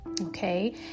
okay